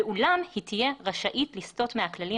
ואולם היא תהיה רשאית לסטות מהכללים